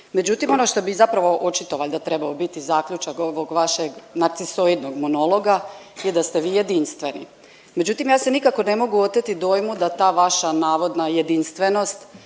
Međutim, ono što bi zapravo očito trebao biti zaključak ovog vašeg narcisoidnog monologa je da ste vi jedinstveni. Međutim, ja se nikako ne mogu oteti dojmu da ta vaša navodna jedinstvenost